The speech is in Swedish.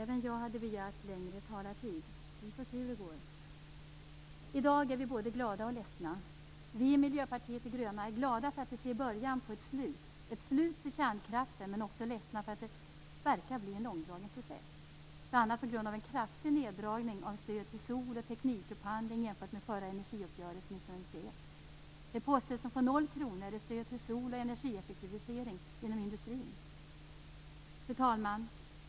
Fru talman! I dag är vi både glada och ledsna. Vi i Miljöpartiet de gröna är glada för att vi ser början på ett slut - ett slut för kärnkraften - men vi är också ledsna därför att det verkar att bli en långdragen process, bl.a. på grund av en kraftig neddragning av stöd till solenergi och teknikupphandling jämfört med förra energiuppgörelsen 1991. De poster som får noll kronor är stöd till sol och energieffektivisering inom industrin. Fru talman!